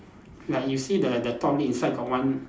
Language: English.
like you see the the top lid inside got one